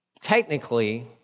Technically